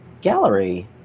gallery